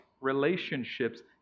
relationships